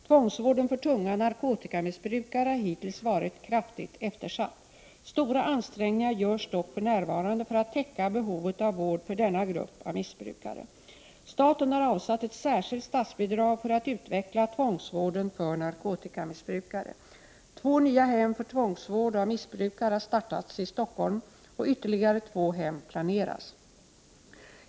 Tvångsvården för tunga narkotikamissbrukare har hittills varit kraftigt eftersatt. Stora ansträngningar görs dock för närvarande för att täcka behovet av vård för denna grupp av missbrukare. Staten har avsatt ett särskilt statsbidrag för att utveckla tvångsvården för narkotikamissbrukare. Två nya hem för tvångsvård av missbrukare har startats i Stockholm och ytterligare två hem planeras.